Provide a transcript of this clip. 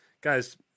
guys